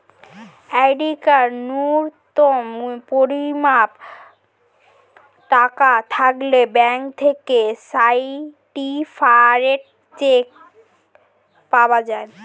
অ্যাকাউন্টে ন্যূনতম পরিমাণ টাকা থাকলে ব্যাঙ্ক থেকে সার্টিফায়েড চেক পাওয়া যায়